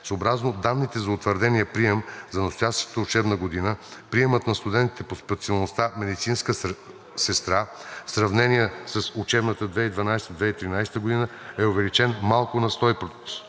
Съобразно данните за утвърдения прием за настоящата учебна година приемът на студентите по специалността „Медицинска сестра“ в сравнение с учебната 2012 – 2013 г. е увеличен малко над 100%.